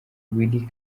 willy